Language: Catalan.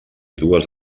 dues